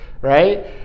right